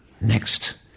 Next